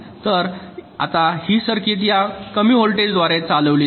तर आता ही सर्किट या कमी व्होल्टेजद्वारे चालविली जाईल